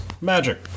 Magic